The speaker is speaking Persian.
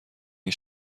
این